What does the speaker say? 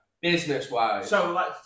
business-wise